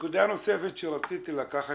נקודה נוספת שרציתי לנצל את